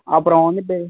அப்புறம் வந்துவிட்டு